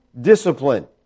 discipline